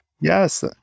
yes